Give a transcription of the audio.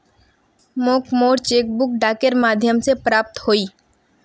मोक मोर cheque book डाकेर माध्यम से प्राप्त होइए